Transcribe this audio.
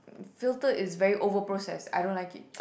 filter is very over processed I don't like it